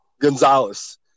Gonzalez